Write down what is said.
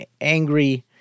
angry